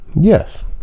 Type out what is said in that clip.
Yes